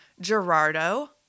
Gerardo